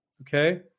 okay